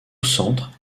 centre